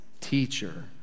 teacher